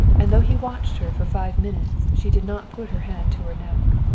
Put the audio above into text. and though he watched her for five minutes she did not put her hand to her neck.